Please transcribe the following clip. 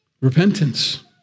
Repentance